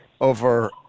over